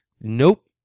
Nope